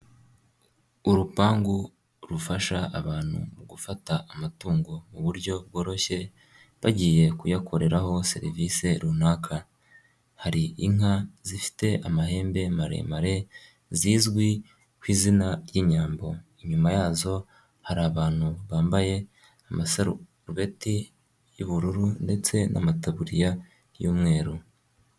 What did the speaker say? Urupangu rufasha abantu mu gufata amatungo muburyo bworoshye, bagiye kuyakoreraho serivisi runaka, hari inka zifite amahembe maremare zizwi ku izina ry'inyambo, inyuma yazo hari abantu bambaye amasarubeti y'ubururu ndetse n'amataburiya y'umweru.